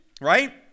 right